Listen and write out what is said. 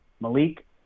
Malik